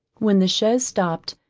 when the chaise stopped,